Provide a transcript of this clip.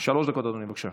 שלוש דקות, אדוני, בבקשה.